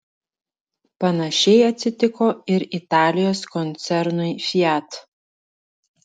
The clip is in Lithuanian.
panašiai atsitiko ir italijos koncernui fiat